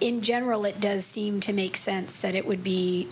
in general it does seem to make sense that it would be